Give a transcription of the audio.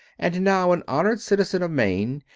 and now an honored citizen of maine,